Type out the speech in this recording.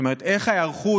זאת אומרת, מה ההיערכות?